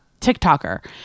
TikToker